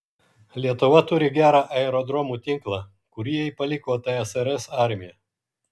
lietuva turi gerą aerodromų tinklą kurį jai paliko tsrs armija